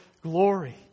glory